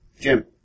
Jim